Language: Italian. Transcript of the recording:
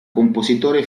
compositore